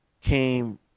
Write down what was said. came